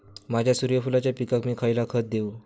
माझ्या सूर्यफुलाच्या पिकाक मी खयला खत देवू?